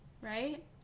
right